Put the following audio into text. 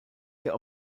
der